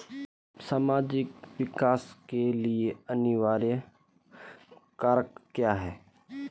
सामाजिक विकास के लिए अनिवार्य कारक क्या है?